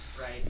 Right